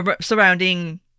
surrounding